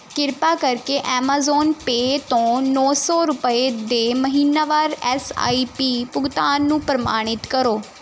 ਕਿਰਪਾ ਕਰਕੇ Amazon Pay ਤੋਂ ਨੌਂ ਸੌ ਰੁਪਏ ਦੇ ਮਹੀਨਾਵਾਰ ਐੱਸ ਆਈ ਪੀ ਭੁਗਤਾਨ ਨੂੰ ਪ੍ਰਮਾਣਿਤ ਕਰੋ